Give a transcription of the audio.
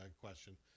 question